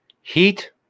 Heat